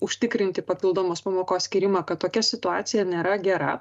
užtikrinti papildomos pamokos skyrimą kad tokia situacija nėra gera